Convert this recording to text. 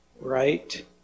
right